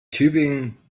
tübingen